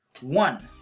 One